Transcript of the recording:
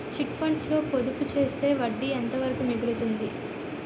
Chit funds లో పొదుపు చేస్తే వడ్డీ ఎంత వరకు మిగులుతుంది?